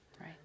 Right